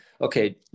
okay